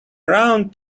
round